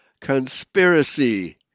Conspiracy